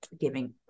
giving